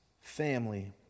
family